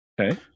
Okay